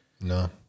No